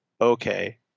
Okay